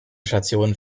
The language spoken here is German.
station